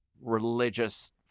religious